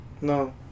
No